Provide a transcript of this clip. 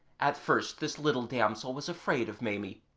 at first this little damsel was afraid of maimie,